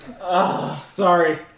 Sorry